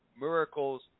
miracles